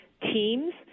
teams